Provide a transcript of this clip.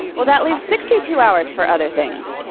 well, that leaves sixty two hours for other things.